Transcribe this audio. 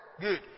Good